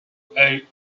eight